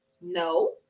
no